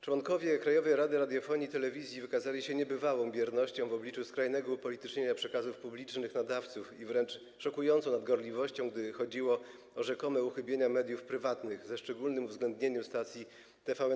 Członkowie Krajowej Rady Radiofonii i Telewizji wykazali się niebywałą biernością w obliczu skrajnego upolitycznienia przekazów publicznych nadawców i wręcz szokującą nadgorliwością, gdy chodziło o rzekome uchybienia mediów prywatnych, ze szczególnym uwzględnieniem stacji TVN24.